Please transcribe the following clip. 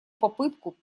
попытку